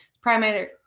Primary